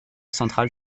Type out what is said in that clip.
centrale